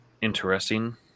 interesting